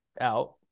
out